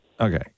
Okay